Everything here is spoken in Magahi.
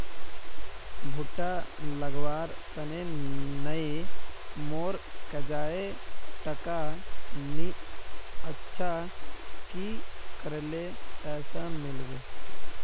भुट्टा लगवार तने नई मोर काजाए टका नि अच्छा की करले पैसा मिलबे?